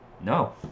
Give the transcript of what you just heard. No